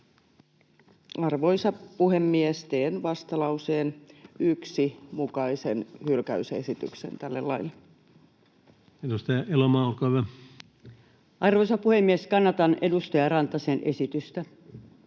Arvoisa puhemies! Teen vastalauseen 1 mukaisen hylkäysesityksen tälle laille. Edustaja Elomaa, olkaa hyvä. Arvoisa puhemies! Kannatan edustaja Rantasen esitystä.